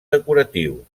decoratiu